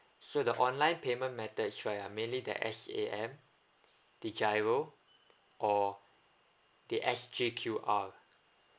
so the online payment methods right uh mainly the S_A_M the GIRO or the S_J_Q_R